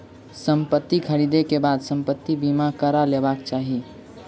संपत्ति ख़रीदै के बाद संपत्ति बीमा करा लेबाक चाही